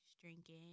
drinking